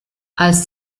als